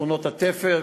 שכונות התפר,